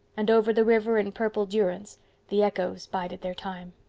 and over the river in purple durance the echoes bided their time.